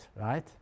right